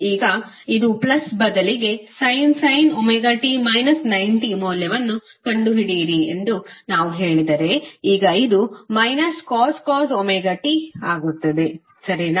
ಈಗ ಇದು ಪ್ಲಸ್ ಬದಲಿಗೆ sin ωt 90 ಮೌಲ್ಯವನ್ನುಕಂಡುಹಿಡಿಯಿರಿ ಎಂದು ನಾವು ಹೇಳಿದರೆ ಈಗ ಇದು cos ωt ಆಗುತ್ತದೆ ಸರಿನಾ